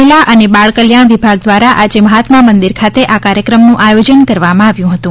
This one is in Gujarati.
મહિલા અને બાળ કલ્યાણ વિભાગ દ્વારા આજે મહાત્મા મંદિર ખાતે આ કાર્યક્રમનું આયોજન કરવામાં આવ્યું હતું